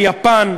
ביפן,